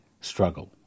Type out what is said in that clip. struggle